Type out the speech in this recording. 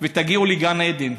ותגיעו לגן עדן.